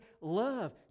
love